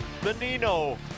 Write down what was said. Benino